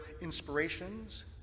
inspirations